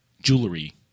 jewelry